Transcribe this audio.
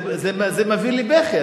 זה מביא לי בכי.